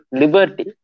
liberty